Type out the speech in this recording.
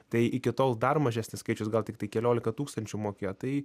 tai iki tol dar mažesnis skaičius gal tiktai keliolika tūkstančių mokėjo tai